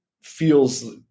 feels